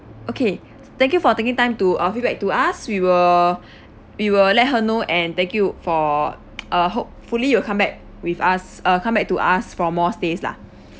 okay thank you for taking time to uh feedback to us we will we will let her know and thank you for uh hopefully you come back with us uh come back to us for more stays lah